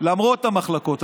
למרות המחלוקות,